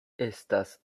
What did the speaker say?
estas